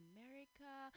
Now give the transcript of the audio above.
America